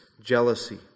jealousy